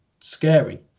scary